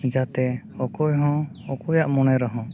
ᱡᱟᱛᱮ ᱚᱠᱚᱭ ᱦᱚᱸ ᱚᱠᱚᱭᱟᱜ ᱢᱚᱱᱮ ᱨᱮᱦᱚᱸ